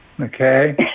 okay